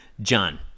John